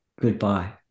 goodbye